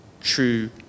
true